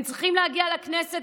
הם צריכים להגיע לכנסת,